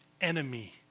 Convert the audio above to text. enemy